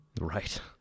Right